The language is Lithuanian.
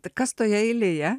tai kas toje eilėje